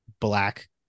black